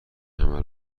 همه